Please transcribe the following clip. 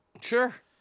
Sure